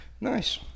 nice